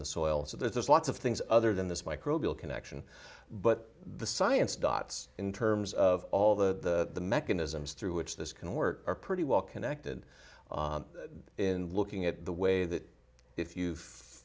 the soil so there's lots of things other than this microbial connection but the science dots in terms of all the mechanisms through which this can work are pretty well connected in looking at the way that if you've